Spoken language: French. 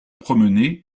promener